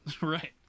Right